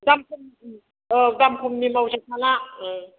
दाम खम औ दाम खमनि मावनो हाला औ